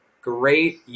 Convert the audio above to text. great